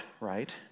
right